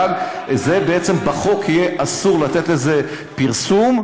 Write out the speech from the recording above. בעצם בחוק יהיה אסור לתת לזה פרסום,